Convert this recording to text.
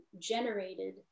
generated